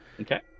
Okay